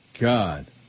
God